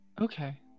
Okay